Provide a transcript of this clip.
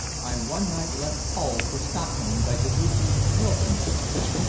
i one night left hull for stockholm by the weekly wilson service.